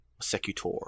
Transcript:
Secutor